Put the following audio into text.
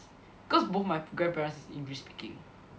cause both my grandparents is English speaking